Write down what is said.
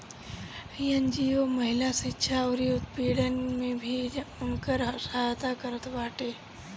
NGO महिला शिक्षा अउरी उत्पीड़न में भी उनकर सहायता करत बाटे